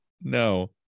no